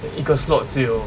then 一个 slot 只有